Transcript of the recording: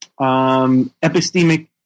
epistemic